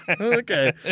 Okay